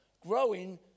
growing